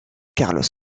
carlos